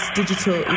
digital